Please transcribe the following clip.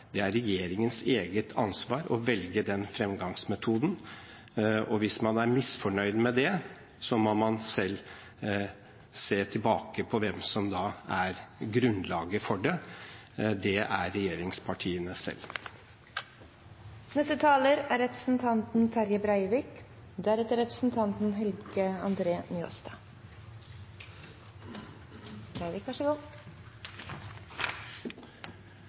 å velge den framgangsmåten. Hvis man er misfornøyd med det, må man selv se tilbake på hvem som er grunnlaget for det. Det er regjeringspartiene